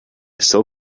still